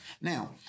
Now